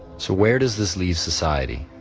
so where does this leave society